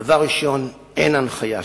דבר ראשון: אין הנחיה שכזאת,